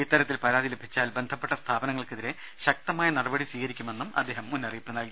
ഇത്തരത്തിൽ പരാതി ലഭിച്ചാൽ ബന്ധപ്പെട്ട സ്ഥാപനങ്ങൾക്കെതിരെ ശക്തമായ നടപടികൾ സ്വീകരിക്കുമെന്നും അദ്ദേഹം മുന്നറിയിപ്പ് നൽകി